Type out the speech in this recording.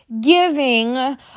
giving